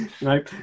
nope